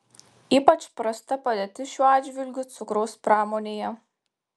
ypač prasta padėtis šiuo atžvilgiu cukraus pramonėje